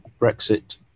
brexit